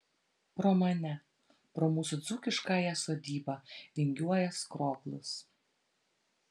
pro mane pro mūsų dzūkiškąją sodybą vingiuoja skroblus